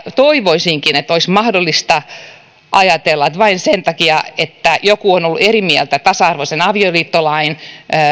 toivoisinkin että olisi mahdollista ajatella että se ei kostaudu sitten näiden lasten kohdalla vain sen takia että joku on ollut eri mieltä tasa arvoisen avioliittolain